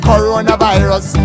Coronavirus